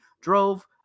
drove